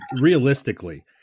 realistically